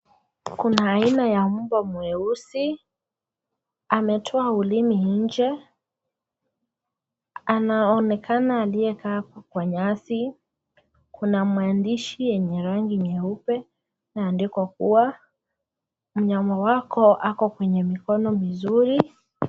Kuna aina ya mbwa mweusi, ametoa ulimi nje, anaonekana aliyekaa kwa nyasi. Kuna maandishi yenye rangi nyeupe imeandikwa kuwa mnyama wako ako kwenye mikono mizuri.